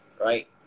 right